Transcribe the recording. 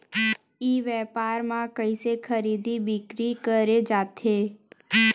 ई व्यापार म कइसे खरीदी बिक्री करे जाथे?